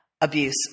abuse